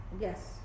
Yes